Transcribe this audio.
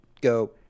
Go